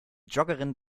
joggerin